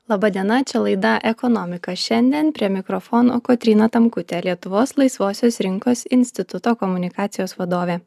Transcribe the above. laba diena čia laida ekonomika šiandien prie mikrofono kotryna tamkutė lietuvos laisvosios rinkos instituto komunikacijos vadovė